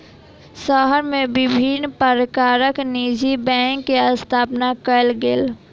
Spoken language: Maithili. शहर मे विभिन्न प्रकारक निजी बैंक के स्थापना कयल गेल